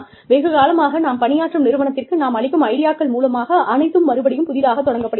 வெகு காலமாக நாம் பணியாற்றும் நிறுவனத்திற்கு நாம் அளிக்கும் ஐடியாக்கள் மூலமாக அனைத்தும் மறுபடியும் புதிதாகத் தொடங்கப்படுகிறது